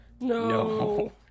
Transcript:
No